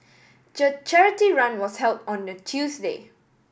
charity run was held on a Tuesday